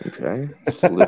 Okay